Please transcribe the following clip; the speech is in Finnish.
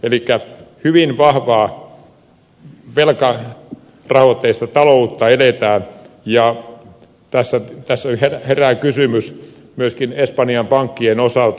elikkä hyvin vahvaa velkarahoitteista taloutta eletään ja tässä herää kysymys myöskin espanjan pankkien osalta